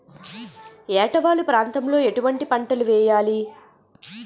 ఏటా వాలు ప్రాంతం లో ఎటువంటి పంటలు వేయాలి?